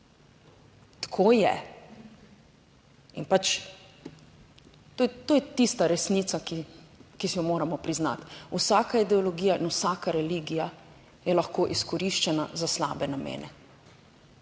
Tako je in pač to je tista resnica, ki si jo moramo priznati. Vsaka ideologija in vsaka religija je lahko izkoriščena za slabe namene.